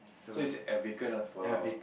so it's a vacant ah for